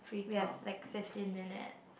we have like fifteen minute